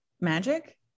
magic